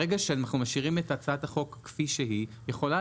ברגע שאנחנו משאירים את הצעת החוק כפי שהיא יכולה